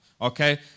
okay